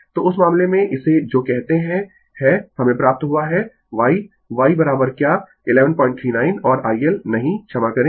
तो उस मामले में इसे जो कहते है है हमें प्राप्त हुआ है y y क्या 1139 और IL नहीं क्षमा करें